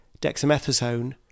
dexamethasone